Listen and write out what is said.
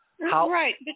Right